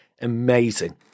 Amazing